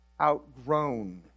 outgrown